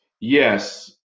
Yes